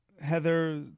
Heather